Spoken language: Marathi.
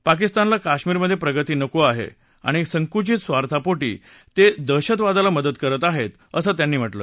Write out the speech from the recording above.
पाकिस्तानला कश्मीरमधे प्रगती नको आहे आणि संकुचित स्वार्थापोटी ते दहशतवादाला मदत करत आहेत असं त्यांनी म्हटलं